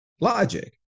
logic